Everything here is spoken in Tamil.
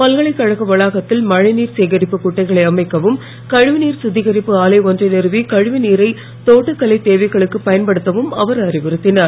பல்கலைக்கழக வளாகத்தில் மழை நீர் சேகரிப்பு குட்டைகளை அமைக்கவும் கழிநீர் சுத்திகரிப்பு ஆலை ஒன்றை நிறுவி கழிவுநீரை தோட்டக்கலை தேவைகளுக்கு பயன்படுத்தவும் அவர் அறிவுறுத்தினார்